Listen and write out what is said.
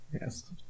Yes